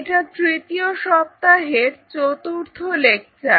এটা তৃতীয় সপ্তাহের চতুর্থ লেকচার